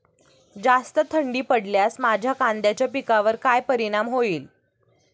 जास्त थंडी पडल्यास माझ्या कांद्याच्या पिकावर काय परिणाम होईल?